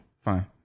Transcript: Fine